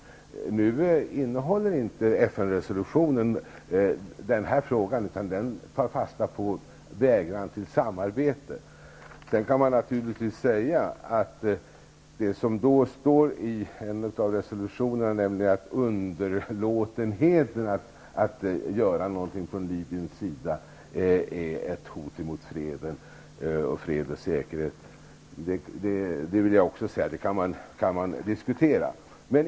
Nu ingår inte den här frågan i FN-resolutionen, utan den tar fasta på vägran till samarbete. Sedan kan man naturligtvis säga att det som står i en av resolutionerna, nämligen att underlåtenhet att göra något från Libyens sida, är ett hot mot fred och säkerhet. Det kan man diskutera.